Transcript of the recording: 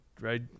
right